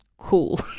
cool